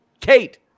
Kate